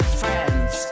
friends